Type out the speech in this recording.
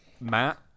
Matt